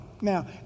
Now